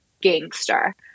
gangster